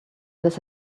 this